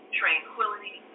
tranquility